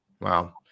Wow